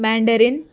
mandarin